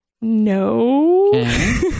No